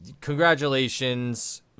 Congratulations